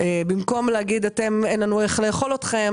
במקום להגיד: אין לנו איך לאכול אתכם,